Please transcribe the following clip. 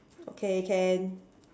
okay can